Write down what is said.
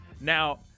Now